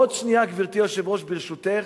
גברתי היושבת-ראש, ברשותך,